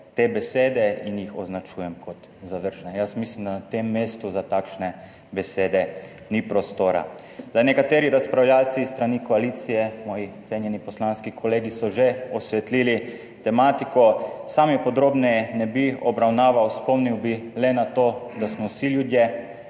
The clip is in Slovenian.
te besede in jih označujem kot zavržne. Jaz mislim, da na tem mestu za takšne besede ni prostora. Nekateri razpravljavci s strani koalicije, moji cenjeni poslanski kolegi so že osvetlili tematiko, sam je podrobneje ne bi obravnaval, spomnil bi le na to, da smo vsi ljudje,